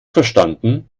verstanden